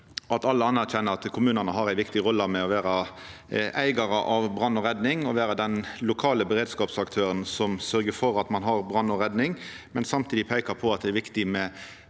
alle anerkjenner at kommunane har ei viktig rolle ved at dei er eigarar av brann og redning og er den lokale beredskapsaktøren som sørgjer for at ein har ei brann og redningsteneste. Samtidig peikar ein på at det er viktig med